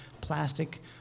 plastic